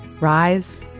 Rise